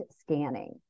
scanning